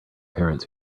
parents